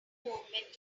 movement